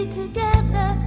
together